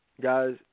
guys